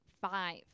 five